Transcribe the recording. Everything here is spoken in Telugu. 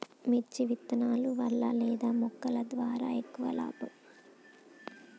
మిర్చి విత్తనాల వలన లేదా మొలకల ద్వారా ఎక్కువ లాభం?